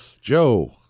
Joe